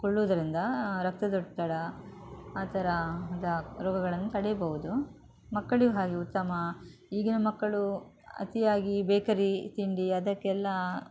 ಕೊಳ್ಳುವುದರಿಂದ ರಕ್ತದೊತ್ತಡ ಆ ಥರದ ರೋಗಗಳನ್ನು ತಡಿಬೋದು ಮಕ್ಕಳಿಗು ಹಾಗೆ ಉತ್ತಮ ಈಗಿನ ಮಕ್ಕಳು ಅತಿಯಾಗಿ ಬೇಕರಿ ತಿಂಡಿ ಅದಕ್ಕೆಲ್ಲ